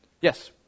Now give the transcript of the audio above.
Yes